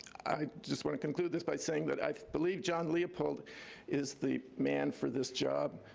i just wanna conclude this by saying that i believe john leopold is the man for this job.